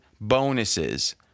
bonuses